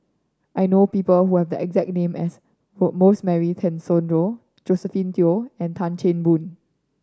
I know people who have the exact name as Rosemary Tessensohn Josephine Teo and Tan Chan Boon